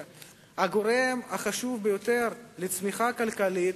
שהגורם החשוב ביותר לצמיחה כלכלית